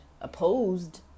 opposed